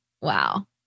Wow